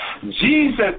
Jesus